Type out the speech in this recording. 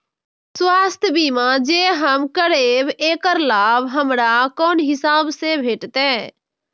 स्वास्थ्य बीमा जे हम करेब ऐकर लाभ हमरा कोन हिसाब से भेटतै?